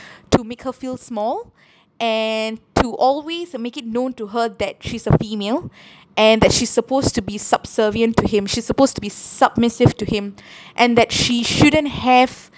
to make her feel small and to always make it known to her that she's a female and that she's supposed to be subservient to him she's supposed to be s~ submissive to him and that she shouldn't have